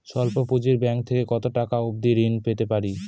স্বল্প পুঁজির ব্যাংক থেকে কত টাকা অবধি ঋণ পেতে পারি?